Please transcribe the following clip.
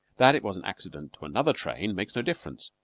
that it was an accident to another train makes no difference.